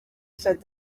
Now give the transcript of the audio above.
said